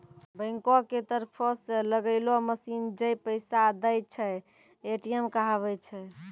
बैंको के तरफो से लगैलो मशीन जै पैसा दै छै, ए.टी.एम कहाबै छै